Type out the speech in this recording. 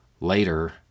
later